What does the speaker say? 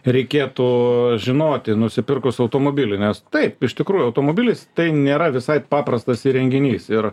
reikėtų žinoti nusipirkus automobilį nes taip iš tikrųjų automobilis tai nėra visai paprastas įrenginys ir